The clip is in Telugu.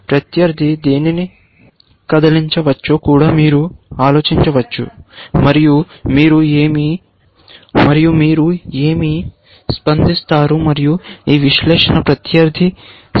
ప్రత్యర్థి దేనిని కదిలించవచ్చో కూడా మీరు ఆలోచించవచ్చు మరియు మీరు ఏమి స్పందిస్తారు మరియు ఈ విశ్లేషణ ప్రత్యర్థి సమయంలో చేయవచ్చు